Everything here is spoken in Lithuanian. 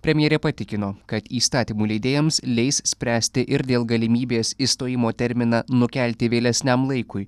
premjerė patikino kad įstatymų leidėjams leis spręsti ir dėl galimybės išstojimo terminą nukelti vėlesniam laikui